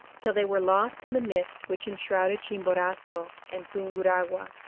till they were lost in the mist which enshrouded chimborazo and tunguragua.